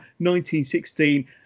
1916